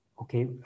Okay